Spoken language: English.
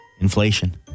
Inflation